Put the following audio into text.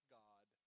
god